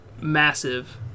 massive